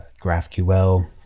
GraphQL